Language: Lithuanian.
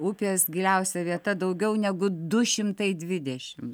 upės giliausia vieta daugiau negu du šimtai dvidešimt